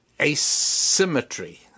asymmetry